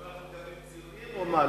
חברי הכנסת מקבלים ציונים או מה?